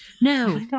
No